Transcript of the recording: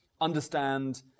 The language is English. understand